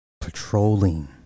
Patrolling